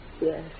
Yes